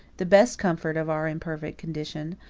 the best comfort of our imperfect condition,